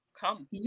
Come